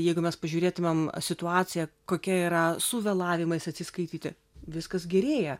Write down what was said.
jeigu mes pažiūrėtumėm situaciją kokia yra su vėlavimais atsiskaityti viskas gerėja